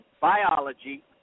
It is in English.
biology